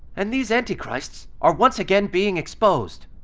and these antichrists are once again being exposed.